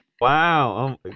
Wow